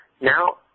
Now